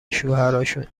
شوهراشون